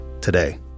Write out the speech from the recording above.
today